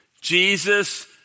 Jesus